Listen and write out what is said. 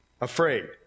afraid